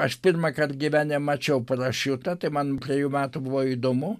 aš pirmąkart gyvenime mačiau parašiutą tai man trejų metų buvo įdomu